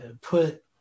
put